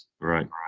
Right